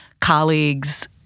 colleagues